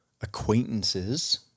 acquaintances